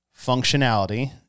functionality